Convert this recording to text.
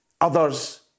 Others